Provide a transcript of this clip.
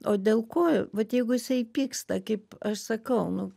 o dėl ko vat jeigu jisai pyksta kaip aš sakau nu